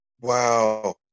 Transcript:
Wow